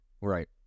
Right